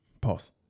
Pause